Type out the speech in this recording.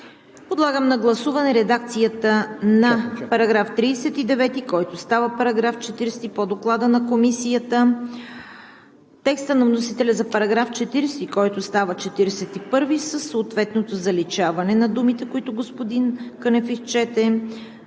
Подлагам на гласуване редакцията на § 39, който става § 40 по Доклада на Комисията; текста на вносителя за § 40, който става § 41 със съответното заличаване на думите, които господин Кънев изчете;